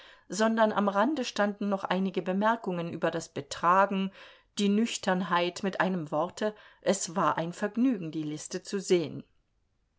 sondern am rande standen noch einige bemerkungen über das betragen die nüchternheit mit einem worte es war ein vergnügen die liste zu sehen